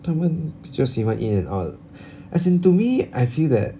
他们就喜欢 In-N-Out as in to me I feel that